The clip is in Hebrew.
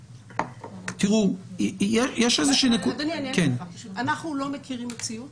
יש איזושהי נקודה --- אנחנו לא מכירים מציאות